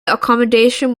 accommodation